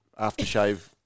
aftershave